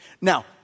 Now